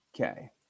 Okay